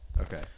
Okay